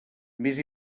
més